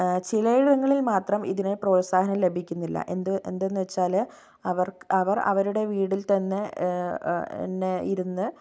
ചിലയിടങ്ങളിൽ മാത്രം ഇതിന് പ്രോത്സാഹനം ലഭിക്കുന്നില്ല എന്ത് എന്താന്ന് വെച്ചാല് അവർക്ക് അവർ അവരുടെ വീടിൽ തന്നെ ഇരുന്ന്